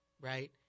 right